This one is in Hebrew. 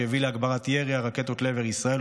שהביא להגברת ירי הרקטות לעבר ישראל,